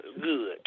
good